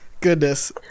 goodness